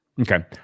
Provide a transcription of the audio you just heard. Okay